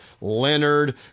Leonard